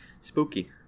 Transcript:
spooky